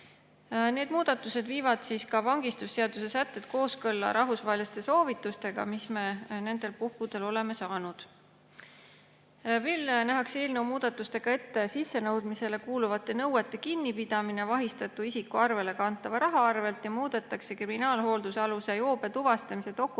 Need muudatused viivad vangistusseaduse sätted kooskõlla rahvusvaheliste soovitustega, mis me nendel puhkudel oleme saanud. Veel nähakse eelnõu muudatustega ette sissenõudmisele kuuluvate nõuete kinnipidamine vahistatu isiku arvele kantava raha arvelt ja muudetakse kriminaalhooldusaluse joobe tuvastamise